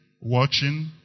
Watching